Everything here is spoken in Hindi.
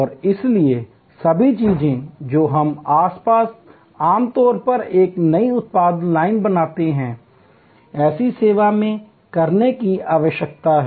और इसलिए सभी चीजें जो हम आम तौर पर एक नई उत्पादन लाइन बनाने में करते हैं ऐसी सेवा में करने की आवश्यकता होगी